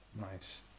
Nice